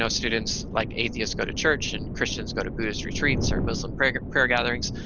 so students like atheists go to church and christians go to buddhist retreats or muslim prayer prayer gatherings.